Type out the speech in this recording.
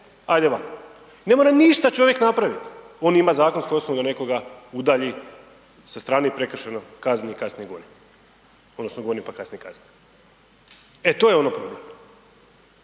hajde van, ne mora ništa čovjek napraviti, on ima zakonsku osnovu da nekoga udalji sa strane i prekršajno kazni i kasnije goni. Odnosno goni pa kasnije kazna. E, to je ono problem.